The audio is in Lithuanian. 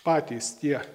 patys tie